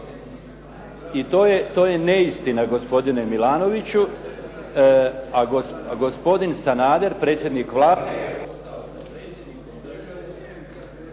I to je neistina gospodine Milanoviću, a gospodin Sanader, predsjednik Vlade